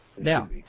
now